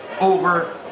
over